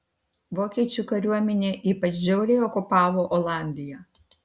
vokiečių kariuomenė ypač žiauriai okupavo olandiją